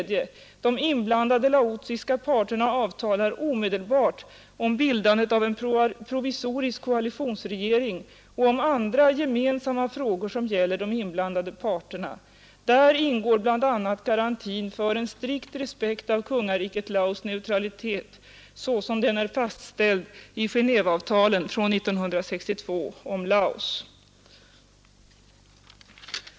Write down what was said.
De inblandade laotiska parterna avtalar omedelbart om bildandet av en provisorisk koalitionsregering och om andra gemensamma frågor som gäller de inblandade parterna. Där ingår bl.a. garantin för en strikt respekt av kungariket Laos neutralitet så som den är fastställd i Genéveavtalen från 1962 om Laos.